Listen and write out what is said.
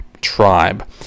tribe